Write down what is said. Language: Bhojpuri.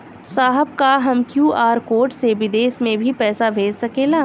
साहब का हम क्यू.आर कोड से बिदेश में भी पैसा भेज सकेला?